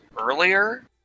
earlier